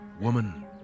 woman